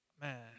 man